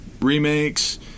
remakes